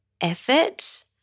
effort